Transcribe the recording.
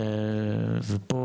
זה פה